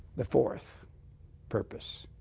the fourth purpose